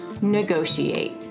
negotiate